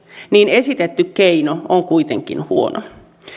esitetty keino on kuitenkin huono